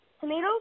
tomatoes